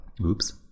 Oops